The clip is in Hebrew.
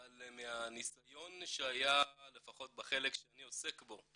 אבל מהניסיון שהיה לפחות בחלק שאני עוסק בו,